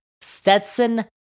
Stetson